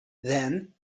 then